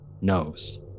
knows